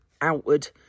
outward